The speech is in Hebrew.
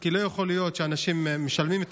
כי לא יכול להיות שאנשים משלמים את